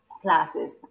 classes